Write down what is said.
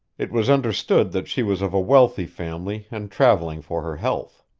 it was understood that she was of a wealthy family and traveling for her health.